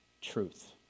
truth